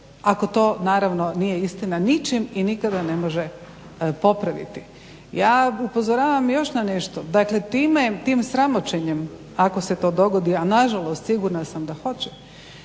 ako to naravno nije istina, ničim i nikada ne može popraviti. Ja upozoravam na još nešto, dakle tim sramoćenjem ako se to dogodi a nažalost sigurna sam da hoće